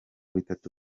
bitatu